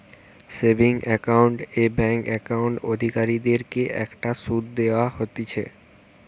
savings account এ bank account অধিকারীদের কে একটা শুধ দেওয়া হতিছে